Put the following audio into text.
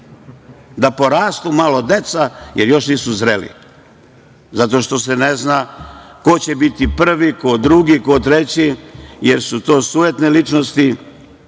Da porastu malo deca, jer još nisu zreli. Zato što se ne zna ko će biti prvi, ko drugi, ko treći, jer su to sujetne ličnosti